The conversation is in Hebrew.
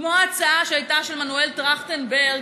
כמו ההצעה של מנואל טרכטנברג,